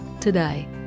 today